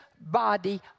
body